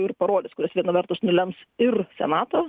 ir parodys kurios viena vertus nulems ir senatą